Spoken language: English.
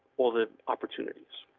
all the opportunities.